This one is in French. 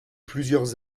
plusieurs